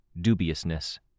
dubiousness